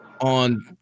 on